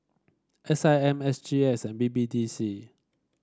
S I M S G X and B B D C